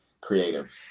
creative